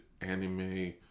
anime